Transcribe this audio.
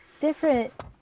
different